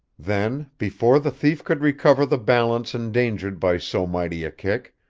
then, before the thief could recover the balance endangered by so mighty a kick,